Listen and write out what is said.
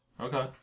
Okay